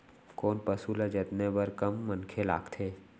कोन पसु ल जतने बर कम मनखे लागथे?